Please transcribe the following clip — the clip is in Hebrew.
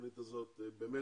התוכנית הזו באמת